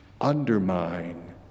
undermine